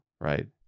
right